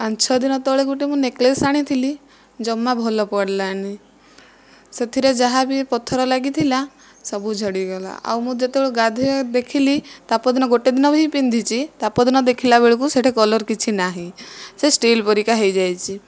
ପାଞ୍ଚ ଛଅ ଦିନ ତଳେ ଗୋଟିଏ ମୁଁ ନେକଲେସ୍ ଆଣିଥିଲି ଜମା ଭଲ ପଡ଼ିଲାନି ସେଥିରେ ଯାହା ବି ପଥର ଲାଗିଥିଲା ସବୁ ଝଡ଼ିଗଲା ଆଉ ମୁଁ ଯେତେବେଳେ ଗାଧୋଇବା ଦେଖିଲି ତା'ପର ଗୋଟିଏ ଦିନ ବି ପିନ୍ଧିଛି ତା ପରଦିନ ଦେଖିଲା ବେଳକୁ ସେଠି କଲର୍ କିଛି ନାହିଁ ସେ ଷ୍ଟିଲ ପରିକା ହୋଇଯାଇଛି